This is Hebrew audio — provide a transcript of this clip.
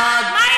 ומכללת נתניה?